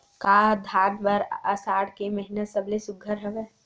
का धान बर आषाढ़ के महिना सबले सुघ्घर हवय?